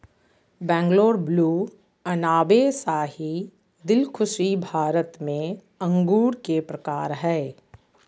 Bangalore Blue, Anab e Shahi, Dilkhushi Bharat में अंगूर के प्रकार हय